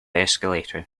escalator